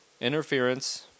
Interference